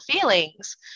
feelings